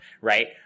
right